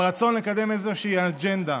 על רצון לקדם איזושהי אג'נדה.